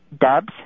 Dubs